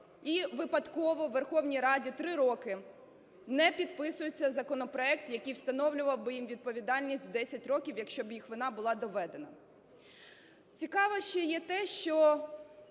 І випадково у Верховній Раді 3 роки не підписується законопроект, який встановлював би їм відповідальність в 10 років, якщо б їх вина була доведена.